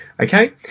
Okay